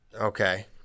Okay